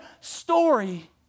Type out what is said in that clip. story